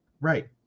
right